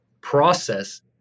process